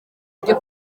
ryo